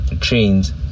Trains